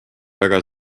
väga